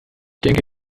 denke